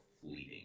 fleeting